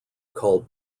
called